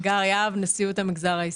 שמי הגר יהב, נשיאות המגזר העסקי.